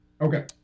Okay